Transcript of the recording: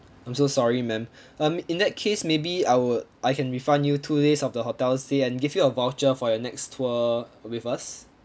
I'm so sorry ma'am um in that case maybe I will I can refund you two days of the hotel stay and give you a voucher for your next tour with us